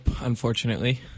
unfortunately